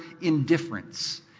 indifference